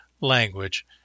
language